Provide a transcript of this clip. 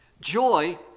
Joy